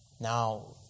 Now